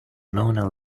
mona